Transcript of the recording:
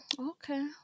Okay